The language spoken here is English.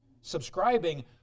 Subscribing